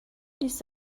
this